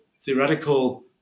theoretical